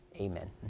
Amen